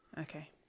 okay